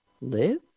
Live